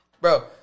Bro